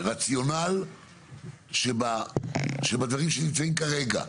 הרציונל שבדברים שנמצאים כרגע,